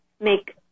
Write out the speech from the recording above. make